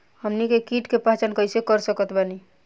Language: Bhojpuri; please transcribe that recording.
हमनी के कीट के पहचान कइसे कर सकत बानी?